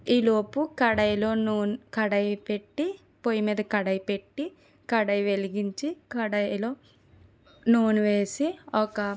ఈ లోపు కడాయిలో నూనె కడాయి పెట్టి పొయ్యి మీద కడాయి పెట్టి కడాయి వెలిగించి కడాయిలో నూనె వేసి ఒక